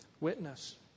witness